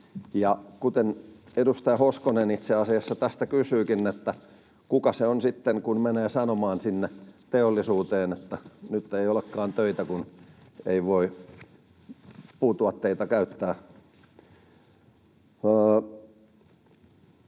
kuten edustaja Hoskonen itse asiassa tästä kysyikin, niin kuka se on sitten, joka menee sanomaan sinne teollisuuteen, että nyt ei olekaan töitä, kun ei voi puutuotteita käyttää?